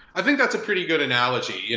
i think that's a pretty good analogy.